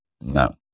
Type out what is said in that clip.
No